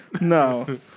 No